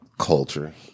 Culture